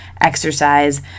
exercise